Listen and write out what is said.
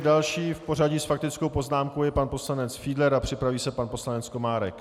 Další v pořadí s faktickou poznámkou je pan poslanec Fiedler a připraví se pan poslanec Komárek.